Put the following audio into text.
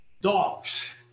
dogs